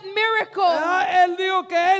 miracle